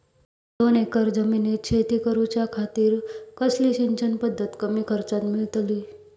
दोन एकर जमिनीत शेती करूच्या खातीर कसली सिंचन पध्दत कमी खर्चात मेलतली?